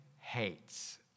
hates